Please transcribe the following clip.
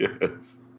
Yes